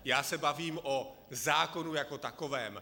Já se bavím o zákonu jako takovém.